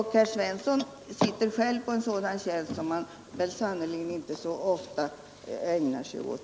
Herr Svensson sitter själv på en sådan tjänst, som han väl inte så ofta ägnar sig åt.